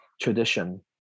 tradition